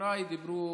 חבריי דיברו